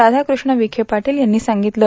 रायाकृष्ण विखे पाटील यांनी सोंगितलं